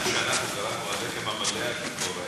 מה שאנחנו קראנו לו הלחם המלא השחור היה מסובסד.